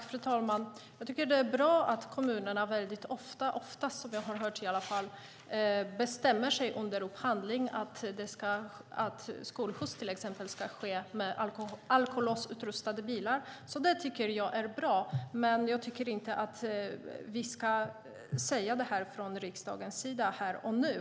Fru talman! Jag tycker det är bra att kommunerna oftast, enligt vad jag har hört, bestämmer sig under upphandling för att skolskjuts ska ske med alkolåsutrustade bilar. Det tycker jag är bra. Men jag tycker inte att vi ska säga det härifrån riksdagens sida här och nu.